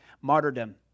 martyrdom